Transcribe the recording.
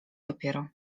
dopiero